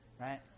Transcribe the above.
right